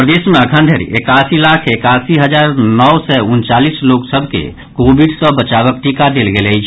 प्रदेश मे अखन धरि एकासी लाख एकासी हजार नओ सय उनचालीस लोक सभ के कोविड सँ बचावक टीका देल गेल अछि